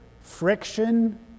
friction